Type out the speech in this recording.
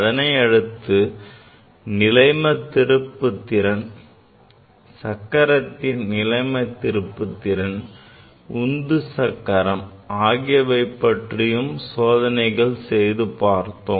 இதனை அடுத்து நிலைமத் திருப்புத்திறன் சக்கரத்தின் நிலைமத் திருப்புத்திறன் உந்து சக்கரம் ஆகியவை பற்றிய சோதனைகளை செய்து பார்த்தோம்